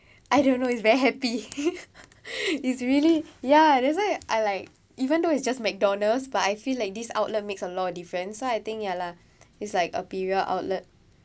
I don't know it's very happy it's really ya that's why I like even though it's just Mcdonald's but I feel like this outlet makes a lot of difference so I think ya lah it's like a premium outlet